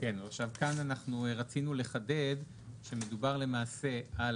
כאן אנחנו רצינו לחדד כשמדובר למעשה על